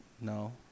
no